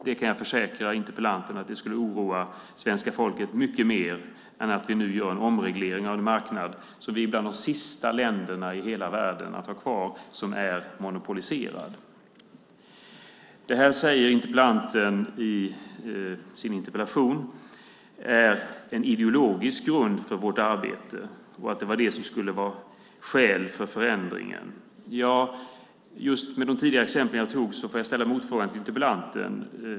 Jag kan försäkra interpellanten att det skulle oroa svenska folket mycket mer än att vi nu gör en omreglering av en marknad som vi är ett av de sista länderna i världen att ha kvar monopoliserad. Interpellanten säger i sin interpellation att det finns en ideologisk grund för vårt arbete och att det är skäl för förändringen. Med de exempel jag nämnde tidigare, ställer jag en motfråga till interpellanten.